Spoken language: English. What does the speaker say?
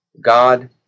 God